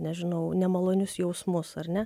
nežinau nemalonius jausmus ar ne